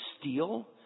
steal